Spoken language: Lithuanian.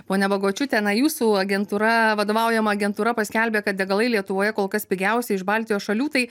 ponia bagočiūte na jūsų agentūra vadovaujama agentūra paskelbė kad degalai lietuvoje kol kas pigiausi iš baltijos šalių tai